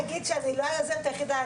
אני חייבת להגיד שאני לא היוזמת היחידה,